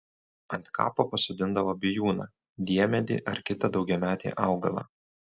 ant kapo pasodindavo bijūną diemedį ar kitą daugiametį augalą